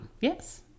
Yes